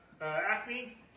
acne